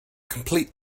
complete